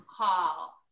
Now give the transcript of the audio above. call